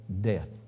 death